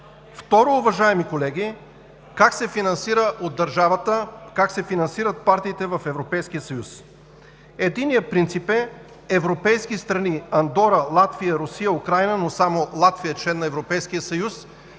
Второ, уважаеми колеги, как се финансира от държавата, как се финансират партиите в Европейския съюз? Единият принцип в европейски страни – Андора, Латвия, Русия и Украйна, но само Латвия е член на